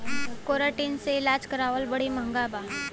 keratin से इलाज करावल बड़ी महँगा बा